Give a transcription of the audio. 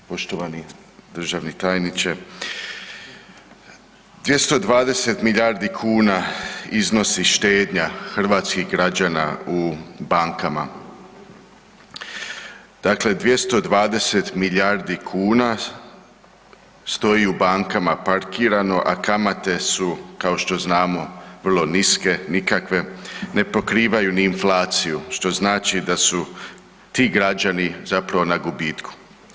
Poštovani državni tajniče, 220 milijardi kuna iznosi štednja hrvatskih građana u bankama, dakle 220 milijardi kuna stoji u bankama parkirano, a kamate su kao što znamo, vrlo niske, nikakve, ne pokrivaju ni inflaciju, što znači da su ti građani zapravo na gubitku.